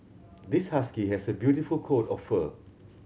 this husky has a beautiful coat of fur